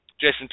Jason